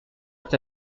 est